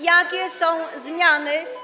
Jakie są zmiany?